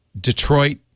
Detroit